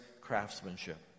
craftsmanship